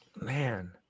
Man